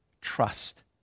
trust